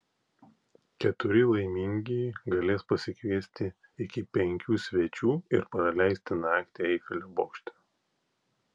keturi laimingieji galės pasikviesti iki penkių svečių ir praleisti naktį eifelio bokšte